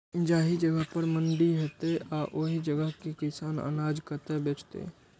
जाहि जगह पर मंडी हैते आ ओहि जगह के किसान अनाज कतय बेचते?